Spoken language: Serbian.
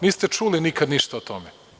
Niste čuli nikada ništa o tome.